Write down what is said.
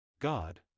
God